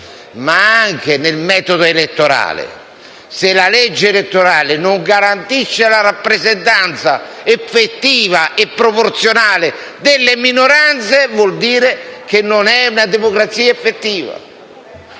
ma anche al metodo elettorale. Se la legge elettorale non garantisce una rappresentanza effettiva e proporzionale delle minoranze, vuol dire che non è una democrazia effettiva.